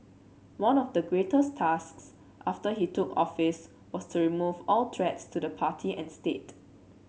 one of the greatest tasks after he took office was to remove all threats to the party and state